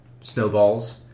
snowballs